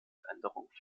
veränderungen